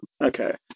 okay